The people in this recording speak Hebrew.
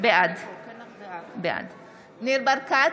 בעד ניר ברקת,